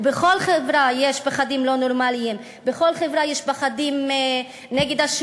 ובכל חברה יש פחדים לא נורמליים.